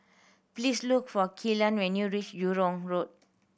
please look for Kellan when you reach Jurong Road